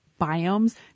biomes